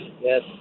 Yes